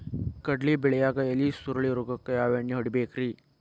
ಕಡ್ಲಿ ಬೆಳಿಯಾಗ ಎಲಿ ಸುರುಳಿ ರೋಗಕ್ಕ ಯಾವ ಎಣ್ಣಿ ಹೊಡಿಬೇಕ್ರೇ?